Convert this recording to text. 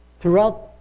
throughout